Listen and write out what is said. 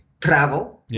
travel